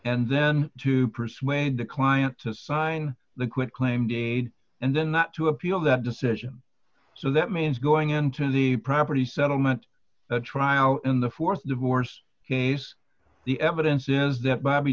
and then to persuade the client to sign the quitclaim dade and then not to appeal that decision so that means going into the property settlement a trial in the th divorce case the evidence is that b